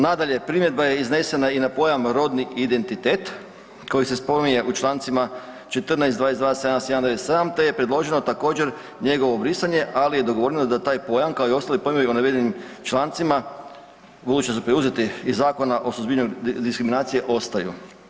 Nadalje, primjedba je iznesena i na pojam „rodni identitet“ koji se spominje u čl. 14, 22, 71, 97 te je predloženo također, njegovo brisanje, ali je dogovoreno da taj pojam, kao i ostali pojmovi u navedenim člancima, budući su preuzeti iz Zakona o suzbijanju diskriminacije, ostaju.